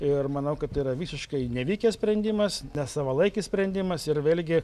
ir manau kad yra visiškai nevykęs sprendimas nesavalaikis sprendimas ir vėlgi